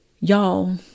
Y'all